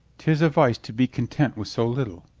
tis a vice to be content with so little.